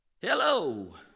hello